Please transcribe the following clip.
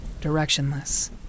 directionless